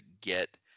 get